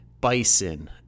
bison